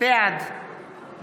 בעד מכלוף